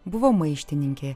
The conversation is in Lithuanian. buvo maištininkė